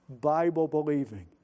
Bible-believing